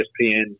ESPN